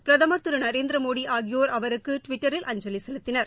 பிரதமர் திரு நரேந்திர மோடி ஆகியோர் அவருக்கு டிவிட்டரில் அஞ்சலி செலுத்தினர்